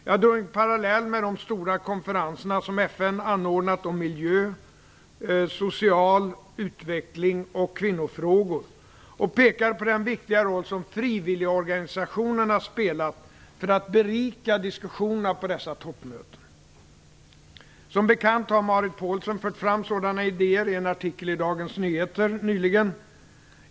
Jag drog en parallell med de stora konferenser som FN anordnat om miljö, social utveckling och kvinnofrågor och pekade på den viktiga roll som frivilligorganisationerna spelat för att berika diskussionerna på dessa toppmöten. Som bekant har Marit Paulsen nyligen fört fram sådana idéer i en artikel i Dagens Nyheter.